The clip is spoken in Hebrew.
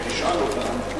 אם תשאל אותם,